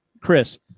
chris